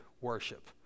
worship